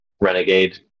Renegade